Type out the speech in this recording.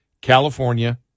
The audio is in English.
California